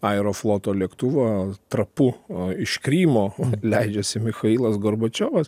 aerofloto lėktuvo trapu a iš krymo leidžiasi michailas gorbačiovas